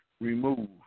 remove